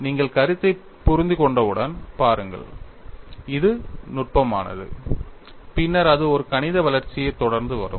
நீங்கள் கருத்தை புரிந்து கொண்டவுடன் பாருங்கள் அது நுட்பமானது பின்னர் அது ஒரு கணித வளர்ச்சியைத் தொடர்ந்து வரும்